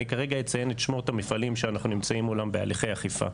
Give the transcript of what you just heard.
אני כרגע אציין את שמות המפעלים שאנחנו נמצאים מולם בהליכי אכיפה.